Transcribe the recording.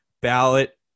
ballot